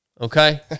Okay